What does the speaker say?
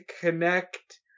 connect